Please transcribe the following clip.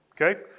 Okay